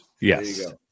Yes